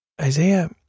isaiah